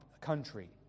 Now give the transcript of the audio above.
country